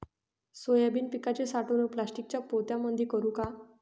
Soybean पिकाची साठवणूक प्लास्टिकच्या पोत्यामंदी करू का?